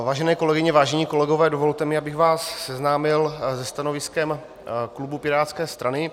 Vážené kolegyně, vážení kolegové, dovolte mi, abych vás seznámil se stanoviskem klubu pirátské strany.